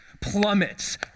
plummets